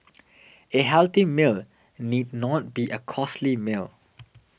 a healthy meal need not be a costly meal